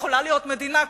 יכולה להיות מדינה כזאת.